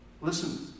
Listen